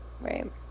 right